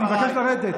אני מבקש לרדת.